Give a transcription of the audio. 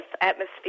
Atmosphere